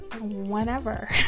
whenever